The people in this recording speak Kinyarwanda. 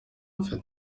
mfite